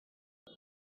when